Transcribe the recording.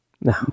no